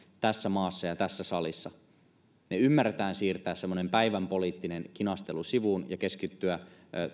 tässä maassa ja tässä salissa me ymmärrämme siirtää semmoisen päivänpoliittisen kinastelun sivuun ja keskittyä